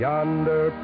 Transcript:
Yonder